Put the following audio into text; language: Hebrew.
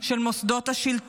של מוסדות השלטון,